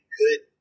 good